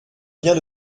viens